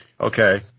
Okay